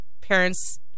parents